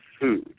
food